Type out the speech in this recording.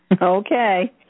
Okay